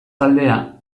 taldea